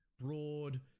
Broad